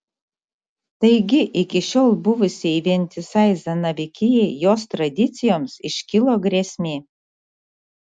taigi iki šiol buvusiai vientisai zanavykijai jos tradicijoms iškilo grėsmė